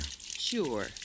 Sure